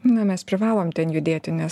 na mes privalom ten judėti nes